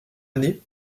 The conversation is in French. année